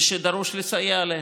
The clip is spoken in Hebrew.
ושדרוש לסייע להם.